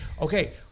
Okay